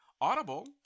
Audible